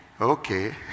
Okay